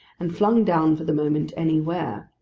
and flung down for the moment anywhere.